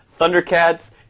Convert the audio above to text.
Thundercats